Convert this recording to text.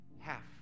half